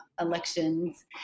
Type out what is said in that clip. elections